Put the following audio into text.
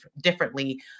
differently